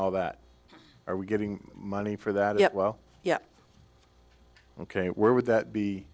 all that are we getting money for that yet well yeah ok where would that be